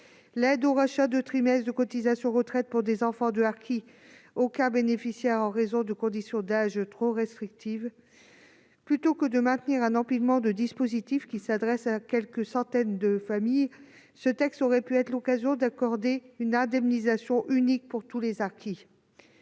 l'aide au rachat de trimestres de cotisations retraite pour des enfants de harkis n'a aucun bénéficiaire, en raison de conditions d'âge trop restrictives. Plutôt que de maintenir un empilement de dispositifs qui s'adressent à quelques centaines de familles, ce texte aurait pu accorder une indemnisation unique pour tous les harkis.